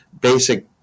basic